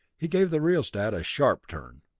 he gave the rheostat a sharp turn.